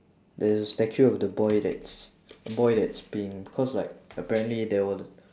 there's a statue of the boy that's boy that's peeing because like apparently there were